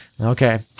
okay